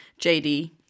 JD